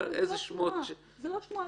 איזה שמועות --- זו לא שמועה,